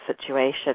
situation